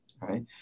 Right